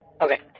okay